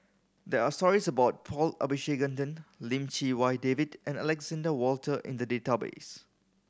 there are stories about Paul Abisheganaden Lim Chee Wai David and Alexander Wolter in the database